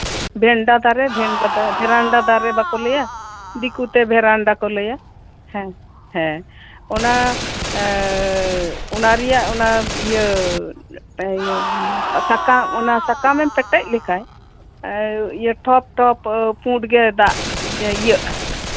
ᱵᱷᱮᱱᱰᱟ ᱫᱟᱨᱮ ᱵᱷᱮᱱᱰᱨᱟ ᱫᱟᱨᱮ ᱵᱟᱠᱚ ᱞᱟᱹᱭ ᱢᱮ ᱫᱤᱠᱩᱛᱮ ᱵᱷᱮᱨᱮᱱᱰᱟ ᱠᱚ ᱞᱟᱹᱭᱼᱟ ᱦᱮᱸ ᱦᱮᱸ ᱚᱱᱟ ᱨᱮᱭᱟᱜ ᱤᱭᱟᱹ ᱤᱭᱟᱹ ᱥᱟᱠᱟᱢ ᱚᱱᱟ ᱥᱟᱠᱟᱢ ᱮᱢ ᱯᱮᱴᱮᱡ ᱞᱮᱠᱷᱟᱡ ᱴᱚᱯ ᱴᱚᱯ ᱯᱩᱰ ᱜᱮ ᱫᱟᱜ ᱤᱭᱟᱹᱜᱼᱟ